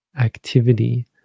activity